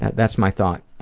that's my thought.